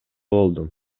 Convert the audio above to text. болдум